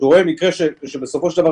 שרואה מקרה שבסופו של דבר,